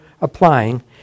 applying